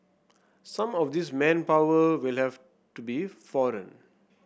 some of this manpower will have to be foreign